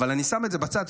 אבל אני שם את זה בצד,